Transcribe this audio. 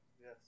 yes